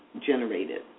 generated